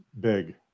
big